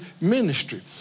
ministry